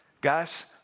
Guys